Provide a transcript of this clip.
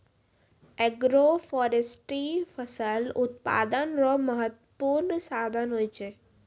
agroforestry फसल उत्पादन रो महत्वपूर्ण साधन हुवै छै